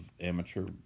amateur